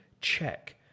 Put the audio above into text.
check